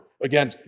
Again